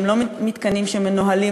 הם לא מתקנים שמנוהלים,